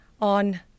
on